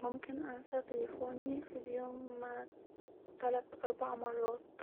ممكن انسي تلفوني في اليوم تلات اربع مرات